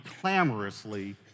clamorously